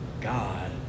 God